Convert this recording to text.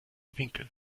winkel